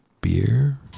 beer